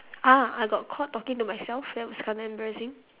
ah I got caught talking to myself that was kinda embarrassing